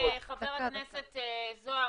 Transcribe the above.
חבר הכנסת זוהר,